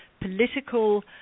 political